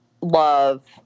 love